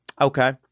okay